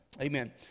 Amen